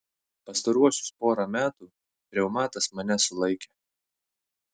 pastaruosius porą metų reumatas mane sulaikė